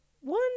one